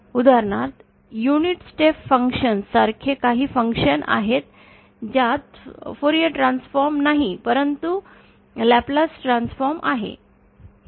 उदाहरणार्थ unit step functions सारखे काही फंक्शन्स आहेत ज्यात फोरियर ट्रान्सफॉर्म नाही परंतु लॅपलेस ट्रान्सफॉर्म आहे